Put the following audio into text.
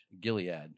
Gilead